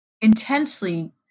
intensely